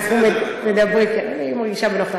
אני מרגישה בנוח,